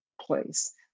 place